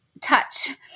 touch